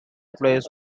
players